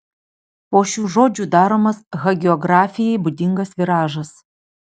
po šių žodžių daromas hagiografijai būdingas viražas